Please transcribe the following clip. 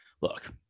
look